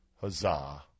Huzzah